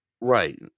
Right